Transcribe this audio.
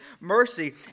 mercy